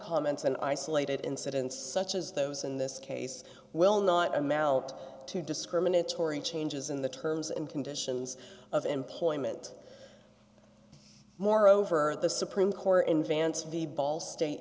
comments an isolated incidents such as those in this case will not amount to discriminatory changes in the terms and conditions of employment moreover the supreme court in vance v ball state